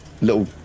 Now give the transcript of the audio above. little